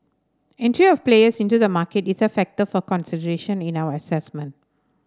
entry of players into the market is a factor for consideration in our assessment